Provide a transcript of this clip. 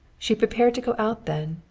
she prepared to go out then,